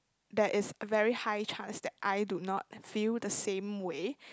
there is a very high chance that I do not feel the same way